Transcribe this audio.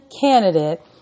candidate